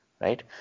right